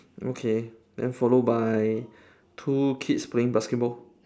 okay then follow by two kids playing basketball